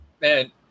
Man